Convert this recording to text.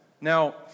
Now